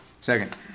Second